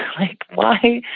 like, why